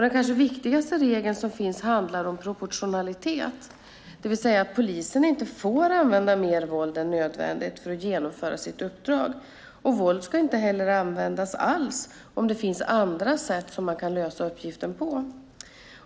Den kanske viktigaste regel som finns handlar om proportionalitet, det vill säga att polisen inte får använda mer våld än nödvändigt för att genomföra sitt uppdrag. Våld ska inte heller användas alls om det finns andra sätt som man kan lösa uppgiften på.